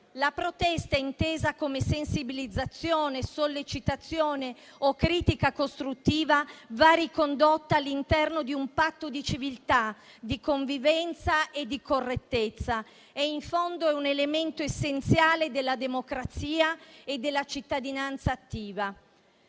La protesta, intesa come sensibilizzazione, sollecitazione o critica costruttiva, va ricondotta all'interno di un patto di civiltà, di convivenza e di correttezza: è, in fondo, un elemento essenziale della democrazia e della cittadinanza attiva.